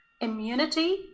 immunity